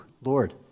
Lord